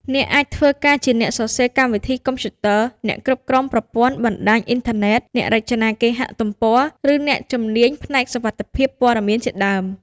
អ្នកអាចធ្វើការជាអ្នកសរសេរកម្មវិធីកុំព្យូទ័រ អ្នកគ្រប់គ្រងប្រព័ន្ធបណ្តាញអ៊ីនធឺណិត អ្នករចនាគេហទំព័រ ឬអ្នកជំនាញផ្នែកសុវត្ថិភាពព័ត៌មានជាដើម។